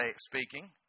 speaking